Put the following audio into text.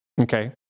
Okay